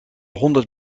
honderd